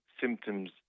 symptoms